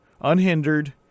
unhindered